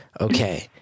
okay